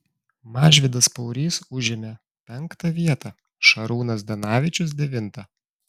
mažvydas paurys užėmė penktą vietą šarūnas zdanavičius devintą